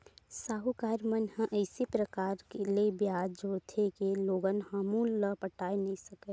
साहूकार मन ह अइसे परकार ले बियाज जोरथे के लोगन ह मूल ल पटाए नइ सकय